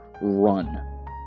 run